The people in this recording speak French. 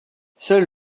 seule